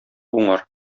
уңар